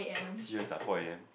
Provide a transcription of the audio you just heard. serious ah four A_M